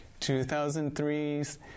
2003's